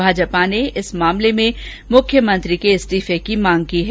भाजपा ने इस मामले में मुख्यमंत्री के इस्तीफे की मांग की है